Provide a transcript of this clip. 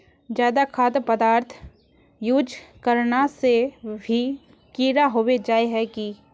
ज्यादा खाद पदार्थ यूज करना से भी कीड़ा होबे जाए है की?